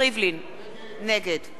נגד כרמל שאמה,